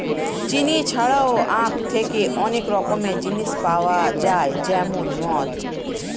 চিনি ছাড়াও আখ থেকে অনেক রকমের জিনিস পাওয়া যায় যেমন মদ